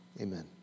Amen